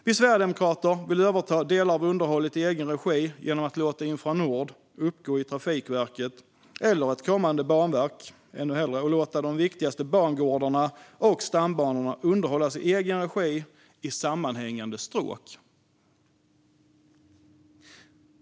Vi sverigedemokrater vill överta delar av underhållet genom att låta Infranord uppgå i Trafikverket eller - ännu hellre - ett kommande banverk och låta de viktigaste bangårdarna och stambanorna underhållas i egen regi i sammanhängande stråk.